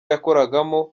yakoragamo